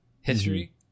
history